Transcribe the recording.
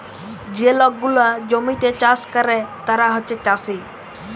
যে লক গুলা জমিতে চাষ ক্যরে তারা হছে চাষী